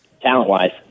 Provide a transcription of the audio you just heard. talent-wise